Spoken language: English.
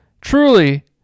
Truly